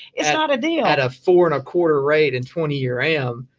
it's not a deal! at a four and a quarter rate in twenty year am,